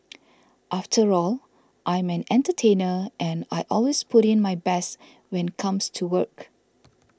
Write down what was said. after all I'm an entertainer and I always put in my best when comes to work